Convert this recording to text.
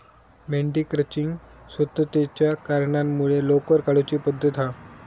मेंढी क्रचिंग स्वच्छतेच्या कारणांमुळे लोकर काढुची पद्धत हा